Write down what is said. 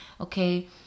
okay